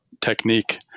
technique